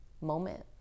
moment